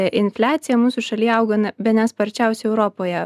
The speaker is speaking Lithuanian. infliacija mūsų šalyje auga bene sparčiausiai europoje